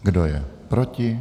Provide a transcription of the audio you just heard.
Kdo je proti?